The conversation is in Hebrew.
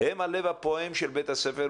הם הלב הפועם של בית-הספר,